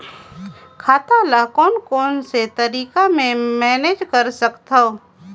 खाता ल कौन कौन से तरीका ले मैनेज कर सकथव?